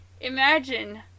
imagine